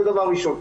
זה דבר ראשון.